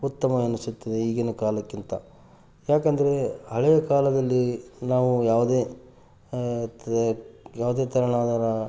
ಉತ್ತಮ ಎನಿಸುತ್ತದೆ ಈಗಿನ ಕಾಲಕ್ಕಿಂತ ಯಾಕೆಂದ್ರೆ ಹಳೆಯ ಕಾಲದಲ್ಲಿ ನಾವು ಯಾವುದೇ ತ ಯಾವುದೇ ಥರನಾದರು